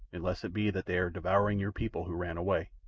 unless it be that they are devouring your people who ran away.